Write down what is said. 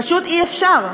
פשוט אי-אפשר.